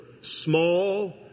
small